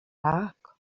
tak